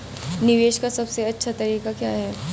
निवेश का सबसे अच्छा तरीका क्या है?